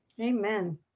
Amen